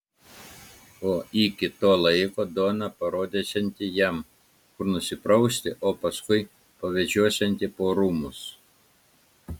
o iki to laiko dona parodysianti jam kur nusiprausti o paskui pavedžiosianti po rūmus